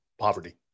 Poverty